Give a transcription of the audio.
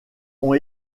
ont